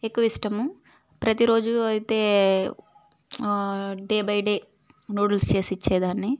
ఎక్కువిష్టము ప్రతి రోజు అయితే డే బై డే నూడిల్స్ చేసి ఇచ్చేదాన్ని